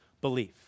belief